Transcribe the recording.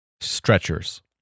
stretchers